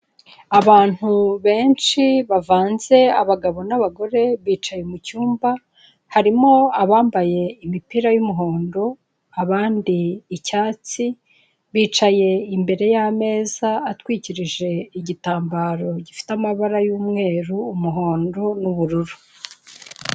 Abantu benshi bavanze abagabo n'abagore bicaye mu cyumba harimo abambaye imipira y'umuhondo abandi icyatsi, bicaye imbere yameza atwikirije igitambaro gifite amabara y'umweru, umuhondo n'ubururu.